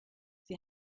sie